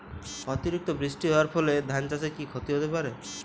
অতিরিক্ত বৃষ্টি হওয়ার ফলে ধান চাষে কি ক্ষতি হতে পারে?